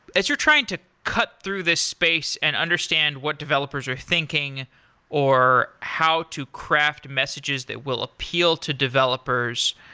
as you're trying to cut through this space and understand what developers are thinking or how to craft messages that will appeal to developers,